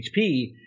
HP